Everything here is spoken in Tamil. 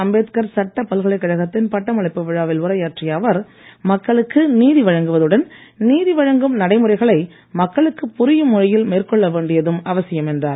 அம்பேத்கர் சட்டப் பல்கலைக்கழகத்தின் பட்டமளிப்பு விழாவில் உரையாற்றிய அவர் மக்களுக்கு நீதி வழங்குவதுடன் நீதி வழங்கும் நடைமுறைகளை மக்களுக்கு புரியும் மொழியில் மேற்கொள்ள வேண்டியதும் அவசியம் என்றார்